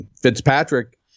Fitzpatrick